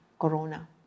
Corona